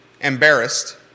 embarrassed